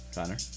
Connor